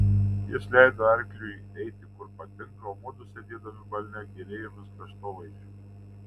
jis leido arkliui eiti kur patinka o mudu sėdėdami balne gėrėjomės kraštovaizdžiu